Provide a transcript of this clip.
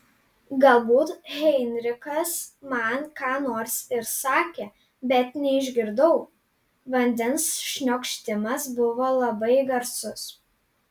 galbūt heinrichas man ką nors ir sakė bet neišgirdau vandens šniokštimas buvo labai garsus